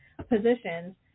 positions